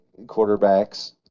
quarterbacks